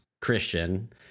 christian